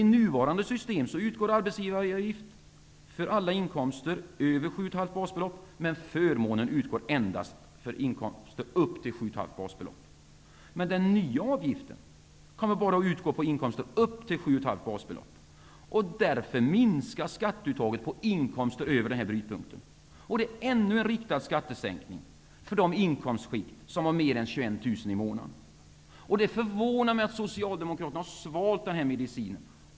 I nuvarande system utgår arbetsgivaravgiften för alla inkomster över 7,5 basbelopp. Men förmånen utgår endast för inkomster på upp till 7,5 basbelopp. Den nya avgiften däremot kommer bara att utgå för inkomster på upp till 7,5 basbelopp. Därför minskar skatteuttaget på inkomster ovanför den här brytpunkten. Det här är ännu en riktad skattesänkning för de inkomstskikt där lönen uppgår till mer än 21 000 kr i månanden. Det förvånar mig att Socialdemokraterna har svalt den här medicinen.